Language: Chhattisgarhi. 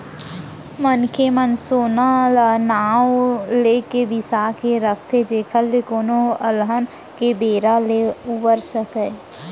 मनसे मन सोना ए नांव लेके बिसा के राखथे जेखर ले कोनो अलहन के बेरा ले उबर सकय